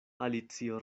alicio